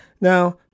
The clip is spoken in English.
Now